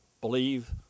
believe